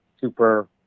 super